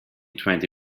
twenty